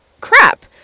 crap